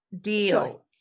deal